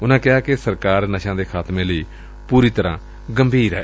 ਉਨੂਾ ਕਿਹਾ ਕਿ ਸਰਕਾਰ ਨਸ਼ਿਆਂ ਦੇ ਖਾਤਮੇ ਲਈ ਪੁਰੀ ਤਰਾਂ ਗੰਭੀਰ ਏ